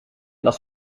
last